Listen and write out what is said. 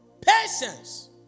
Patience